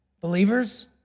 Believers